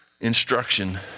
Instruction